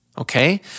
Okay